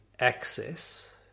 access